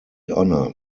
honoured